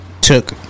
Took